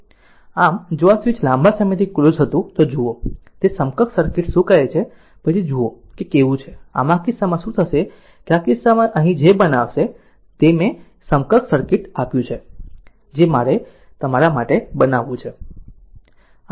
આમ જો આ સ્વીચ લાંબા સમયથી ક્લોઝ હતું જો જુઓ તે સમકક્ષ સર્કિટ શું કહે છે પછી જુઓ કેવું છે આમ આ કિસ્સામાં શું થશે કે આ કિસ્સામાં અહીં જે બનશે તે મેં તે સમકક્ષ સર્કિટ આપ્યું નથી જે મારે તમારા માટે બનાવવું છે